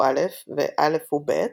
הוא א'" ו-"א' הוא ב'",